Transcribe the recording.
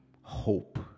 hope